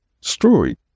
story